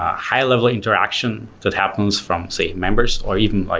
high-level interaction that happens from say members, or even by